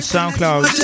SoundCloud